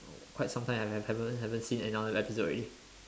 quite sometime I haven't haven't seen another episode already